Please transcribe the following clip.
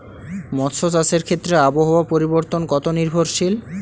মৎস্য চাষের ক্ষেত্রে আবহাওয়া পরিবর্তন কত নির্ভরশীল?